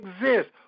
exist